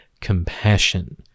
compassion